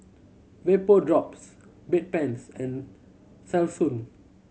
Vapodrops Bedpans and Selsun